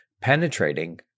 penetrating